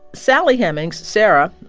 sally hemings sarah,